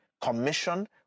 commission